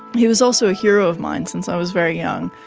he was also a hero of mine since i was very young.